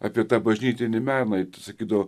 apie tą bažnytinį meną ir sakydavo